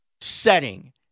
setting